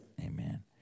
Amen